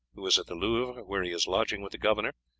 who is at the louvre, where he is lodging with the governor,